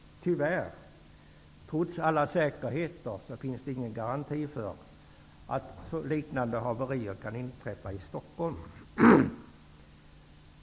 Trots alla säkerhetsåtgärder finns ingen garanti för att liknande haverier inte kan inträffa i Stockholm.